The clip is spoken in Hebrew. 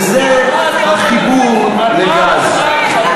וזה החיבור לגז.